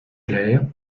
claire